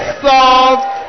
soft